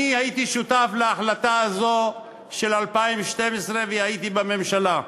אני הייתי שותף להחלטה הזאת של 2012 והייתי בממשלה.